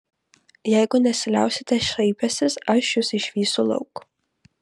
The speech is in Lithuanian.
jeigu nesiliausite šaipęsis aš jus išvysiu lauk